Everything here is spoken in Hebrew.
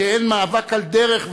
שהן מאבק על דרך,